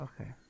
Okay